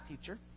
teacher